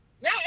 Now